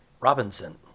Robinson